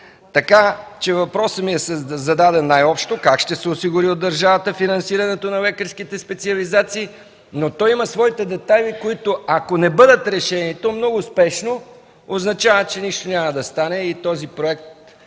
България. Въпросът ми е зададен най-общо: как ще се осигури от държавата финансирането на лекарските специализации, но той има своите детайли, които ако не бъдат решение, и то много успешно, означава, че нищо няма да стане и този проект